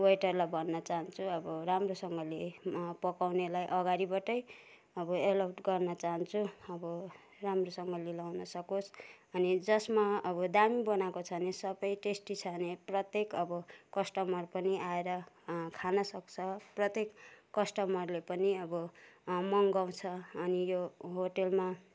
वेटरलाई भन्न चाहन्छु अब राम्रोसँगले पकाउनेलाई अगाडिबाटै नै अब अलर्ट गर्न चाहन्छु अब राम्रोसँगले लगाउन सकोस् अनि जसमा अब दामी बनाएको छ भने सबै टेस्टी छ भने प्रत्येक अब कस्टमर पनि आएर खानसक्छ प्रत्येक कस्टमरले पनि अब मगाउँछ अनि यो होटेलमा